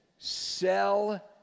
sell